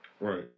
Right